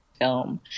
film